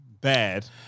Bad